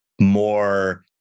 more